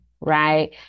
right